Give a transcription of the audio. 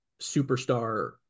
superstar